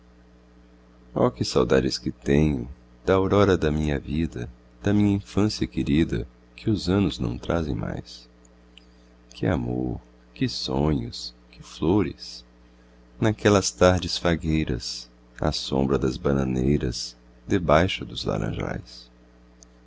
oh que saudades que tenho da aurora da minha vida da minha infância querida que os anos não trazem mais que amor que sonhos que flores naquelas tardes fagueiras à sombra das bananeiras debaixo dos laranjais